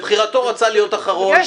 לבחירתו הוא רצה להיות אחרון --- יש